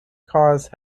cause